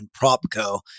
propco